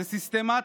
זה סיסטמטי,